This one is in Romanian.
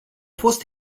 fost